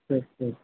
ٹھیک ٹھیک